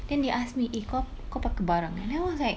then they ask me eh kau pakai barang eh then I was like